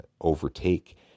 overtake